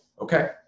Okay